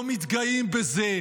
לא מתגאים בזה,